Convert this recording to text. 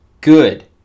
Good